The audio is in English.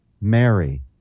Mary